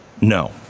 no